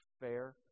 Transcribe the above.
fair